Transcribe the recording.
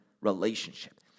relationship